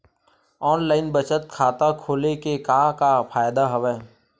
online बचत खाता खोले के का का फ़ायदा हवय